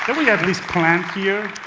and we have this plant here.